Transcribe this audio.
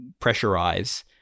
pressurize